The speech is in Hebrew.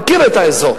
מכיר את האזור.